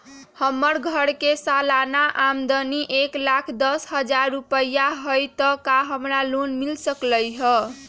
हमर घर के सालाना आमदनी एक लाख दस हजार रुपैया हाई त का हमरा लोन मिल सकलई ह?